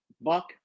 buck